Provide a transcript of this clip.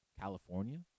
California